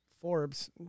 Forbes